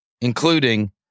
including